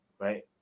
right